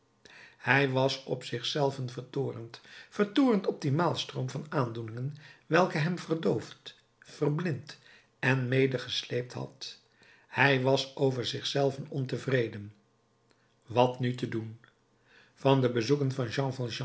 hij was op zich zelven vertoornd vertoornd op dien maalstroom van aandoeningen welke hem verdoofd verblind en medegesleept had hij was over zich zelven ontevreden wat nu te doen van de bezoeken van